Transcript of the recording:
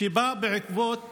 שבא גם בעקבות